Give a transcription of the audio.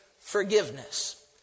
forgiveness